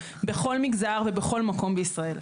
בכל מגזר ובכל מקום בישראל.